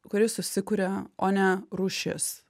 kuris susikuria o ne rūšis